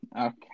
okay